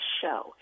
show